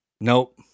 Nope